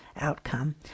outcome